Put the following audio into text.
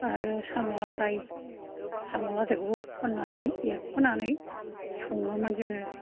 आरो साम' लादाय साम' लादायखौबो खन्नानै एरख'नानै सङोमोन जोङो